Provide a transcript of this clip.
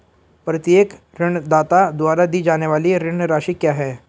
प्रत्येक ऋणदाता द्वारा दी जाने वाली ऋण राशि क्या है?